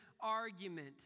argument